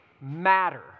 matter